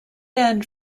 earned